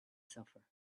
suffer